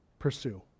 Pursue